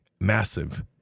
massive